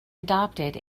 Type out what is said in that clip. adopted